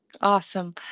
Awesome